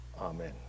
Amen